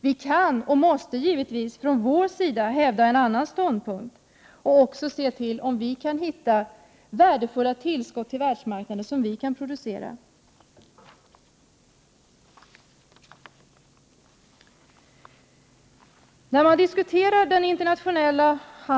Vi kan — och måste — givetvis från vår sida hävda en annan ståndpunkt och se till att vi kan finna värdefulla tillskott till världsmarknaden som vi kan exportera.